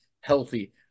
healthy